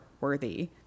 worthy